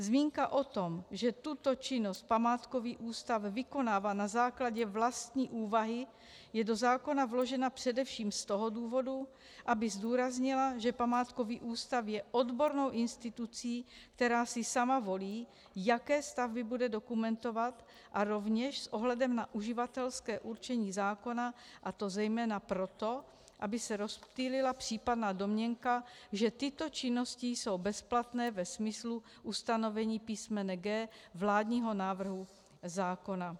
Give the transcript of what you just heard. Zmínka o tom, že tuto činnost památkový ústav vykonává na základě vlastní úvahy, je do zákona vložena především z toho důvodu, aby zdůraznila, že památkový ústav je odbornou institucí, která si sama volí, jaké stavby bude dokumentovat, a rovněž s ohledem na uživatelské určení zákona, a to zejména proto, aby se rozptýlila případná domněnka, že tyto činnosti jsou bezplatné ve smyslu ustanovení písmene g) vládního návrhu zákona.